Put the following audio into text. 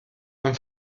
man